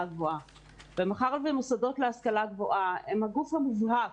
גבוהה ומאחר שמוסדות להשכלה הגבוהה הם הגוף המובהק